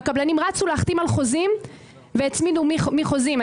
והקבלנים רצו להחתים על חוזים והצמידו מחוזים.